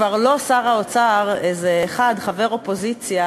כבר לא שר האוצר, איזה אחד, חבר אופוזיציה,